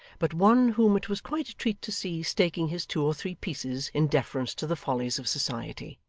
but one whom it was quite a treat to see staking his two or three pieces in deference to the follies of society,